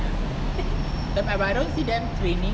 but I don't see them training